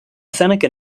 seneca